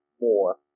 more